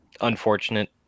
unfortunate